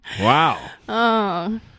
Wow